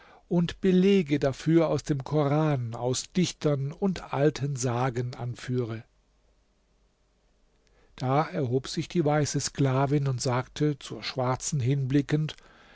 und belege dafür aus dem koran aus dichtern und alten sagen anführe da erhob sich die weiße sklavin und sagte zur schwarzen hinblickend